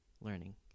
learning